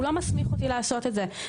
לא מסמיך אותי לעשות זאת.